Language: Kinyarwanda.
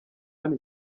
hano